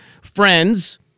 friends